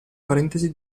parentesi